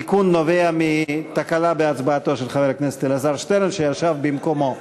התיקון נובע מתקלה בהצבעתו של חבר הכנסת אלעזר שטרן שישב במקומו.